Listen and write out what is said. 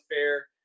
fair